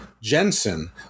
jensen